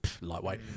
Lightweight